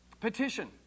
petition